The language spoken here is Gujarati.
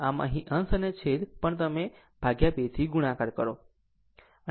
આમ અહીં અંશ અને છેદ પણ તમે 2 થી ગુણાકાર કરો